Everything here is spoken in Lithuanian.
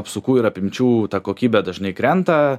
apsukų ir apimčių ta kokybė dažnai krenta